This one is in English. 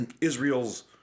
Israel's